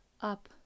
up